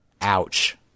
Ouch